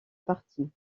partie